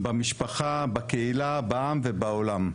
במשפחה, בקהילה, בעם ובעולם.